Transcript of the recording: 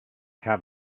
have